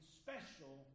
special